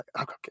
Okay